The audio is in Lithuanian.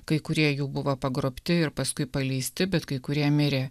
kai kurie jų buvo pagrobti ir paskui paleisti bet kai kurie mirė